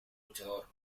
luchador